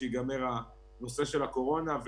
כשייגמר הנושא של הקורונה,